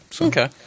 Okay